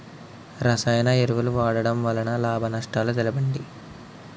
రసాయన ఎరువుల వాడకం వల్ల లాభ నష్టాలను తెలపండి?